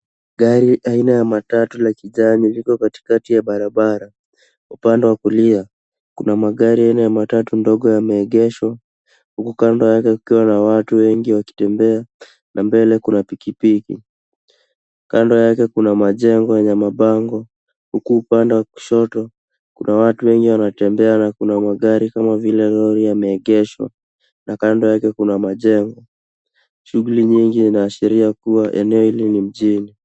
Gari aina ya matatu la kijani liko katikati ya barabara. Upande wa kulia kuna magari aina ya matatu ndogo yameegeshwa huku kando yake kukiwa na watu wengi wakitembea na mbele kuna pikipiki. Kando yake kuna majengo yenye mabango huku upande wa kushoto kuna watu wengi wanatembea na kuna magari kama vile lori yameegeshwa na kando yake kuna majengo. Shughuli nyingi inaashiria kuwa eneo hili ni mjini.